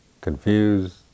confused